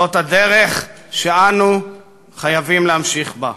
זאת הדרך שאנו חייבים להמשיך בה.